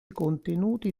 contenuti